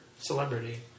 Celebrity